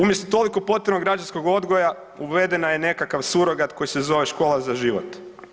Umjesto toliko potrebnog građanskog odgoja uvedena je nekakav surogat koji se zove „Škola za život“